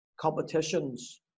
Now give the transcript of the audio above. competitions